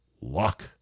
luck